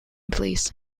belize